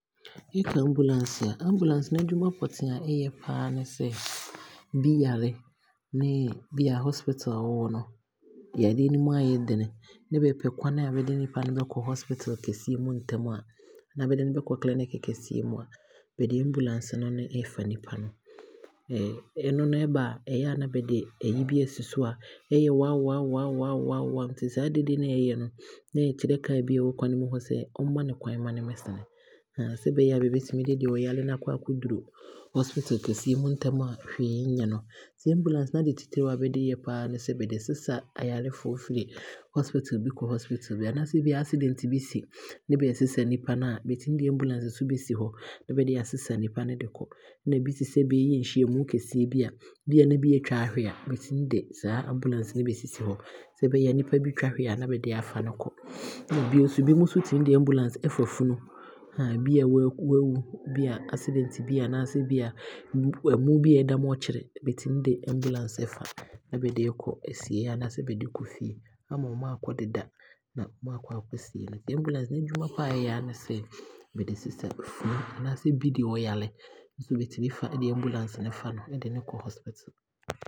Yɛka ambulance a, ambulance naadwuma pɔtee a ɛyɛ paa ne sɛ, bi yare ne boa hospital a ɔwɔ no yareɛ no mu aayɛ dene ne bɛɛpɛ kwane a bɛde nnipa no bɛkɔ hospital kɛseɛ mu ntɛm a, anaa bɛde no bɛkɔ clinic kɛseɛ mu a bɛde ambulance he ne ɔfa nnipa no. Ɛno no ɛɛba a ɛyɛ a na bɛde ayi bi aasi so a, ɛyɛ waooo waaoooo waaoo waaoooo nti saa dede a ɛyɛ no, na ɛɛkyerɛ car biaa a ɛwɔ kwane no mu hɔ sɛ ɔmma no kwane mma no mmɛsene. Sɛnea ɛbɛyɛ a ɔbɛtumi de deɛ ɔyare no aakɔ akɔduru hospital kɛseɛ mu ntɛm a hwee nnyɛ no. Sɛ ambulance naadeɛ titire a ɛyɛ paa ne sɛ bɛde sesa ayarefoɔ fire hospital bi kɔ hospital bi mu, anaasɛ bia accident bi si ne bɛɛsesa nnipa no a, bɛtumi de ambulance bɛsi hɔ ne bɛde aasesa nnipa no de kɔ. Na ɛbi te sɛ bɛɛyɛ nhyiamu kɛseɛ bi a, bia na bi aatwa ahwe a, bɛtumi de saa ambulance he bɛsi hɔ sɛ ɛbɛyɛ a nnipa bi twa hwe a na bɛde aafa no kɔ. Ɛna bio nso, ebi nom nso tumi de ambulance ɛfa funu obi a waawu, bia accident bi a, anaasɛ bia amuu bi a ɛda mortuary, bɛtumi de ambulance ɛfa na bɛde kɔ asiieɛ anaa sɛ bɛde kɔ fie ama ɔmo aakɔ deda no, na ɔmo aakɔ aakɔsie no. Nti ambulance n'adwuma a ɛyɛ aa ne sɛ bɛde sesa funu anaasɛ bi deɛ ɔyare bɛtumi fa, bɛtumi de ambulance no de no kɔ hospital.